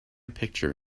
picture